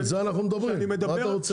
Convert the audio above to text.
על זה אנחנו מדברים מה אתה רוצה?